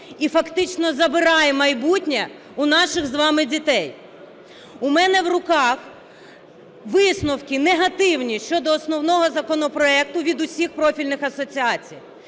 і фактично забирає майбутнє у наших з вами дітей. У мене в руках висновки негативні щодо основного законопроекту від усіх профільних асоціацій